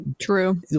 true